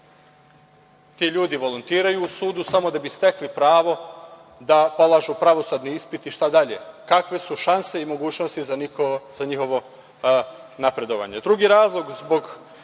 Ti ljudi volontiraju u sudu samo da bi stekli pravo da polažu pravosudni ispit i šta dalje? Kakve su šanse i mogućnosti za njihovo napredovanje? Drugi razlog zbog